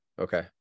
Okay